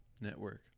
Network